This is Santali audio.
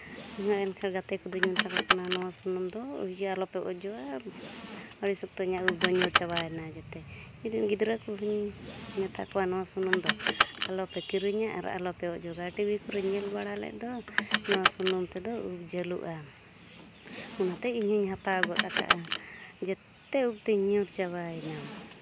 ᱤᱧᱦᱚᱸ ᱮᱱᱠᱷᱟᱱ ᱜᱟᱛᱮ ᱠᱚᱫᱚᱧ ᱢᱮᱛᱟ ᱠᱚ ᱠᱟᱱᱟ ᱱᱚᱣᱟ ᱥᱩᱱᱩᱢ ᱫᱚ ᱤᱭᱟᱹ ᱟᱞᱚᱯᱮ ᱚᱡᱚᱜᱟ ᱟᱹᱰᱤ ᱥᱚᱠᱛᱚ ᱤᱧᱟᱹᱜ ᱩᱵ ᱫᱚ ᱧᱩᱨ ᱪᱟᱵᱟᱭᱮᱱᱟ ᱡᱚᱛᱚ ᱤᱧᱨᱮᱱ ᱜᱤᱫᱽᱨᱟᱹ ᱠᱚᱦᱚᱸᱧ ᱢᱮᱛᱟ ᱠᱚᱣᱟ ᱱᱚᱣᱟ ᱥᱩᱱᱩᱢ ᱫᱚ ᱟᱞᱚᱯᱮ ᱠᱤᱨᱤᱧᱟ ᱟᱨ ᱟᱞᱚᱯᱮ ᱚᱡᱚᱜᱟ ᱴᱤᱵᱷᱤ ᱠᱚᱨᱮᱧ ᱧᱮᱞ ᱵᱟᱲᱟ ᱞᱮᱫ ᱫᱚ ᱱᱚᱣᱟ ᱥᱩᱱᱩᱢ ᱛᱮᱫᱚ ᱩᱵ ᱡᱷᱟᱹᱞᱚᱜᱼᱟ ᱚᱱᱟᱛᱮ ᱤᱧᱦᱚᱸᱧ ᱦᱟᱛᱟᱣ ᱜᱚᱫ ᱟᱠᱟᱫᱟ ᱡᱚᱛᱚ ᱩᱵᱛᱤᱧ ᱧᱩᱨ ᱪᱟᱵᱟᱭᱮᱱᱟ